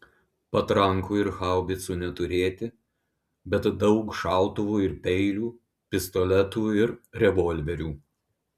patrankų ir haubicų neturėti bet daug šautuvų ir peilių pistoletų ir revolverių